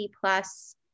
plus